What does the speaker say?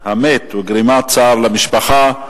המת וגרימת צער למשפחה.